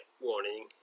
warning